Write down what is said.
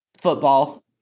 football